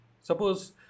suppose